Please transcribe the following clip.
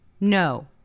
No